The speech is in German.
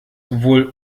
wohl